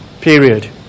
period